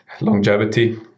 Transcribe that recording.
longevity